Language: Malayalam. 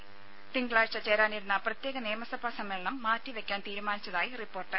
ത തിങ്കളാഴ്ച ചേരാനിരുന്ന പ്രത്യേക നിയമസഭാ സമ്മേളനം മാറ്റി വെയ്ക്കാൻ തീരുമാനിച്ചതായി റിപ്പോർട്ട്